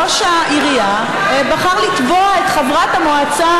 ראש העירייה בחר לתבוע את חברת המועצה,